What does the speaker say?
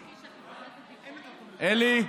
אלי,